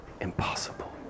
impossible